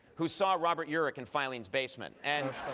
who saw robert urich in filene's basement. and